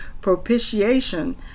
propitiation